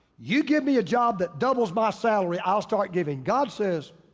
you give me a job that doubles my salary, i'll start giving. god says,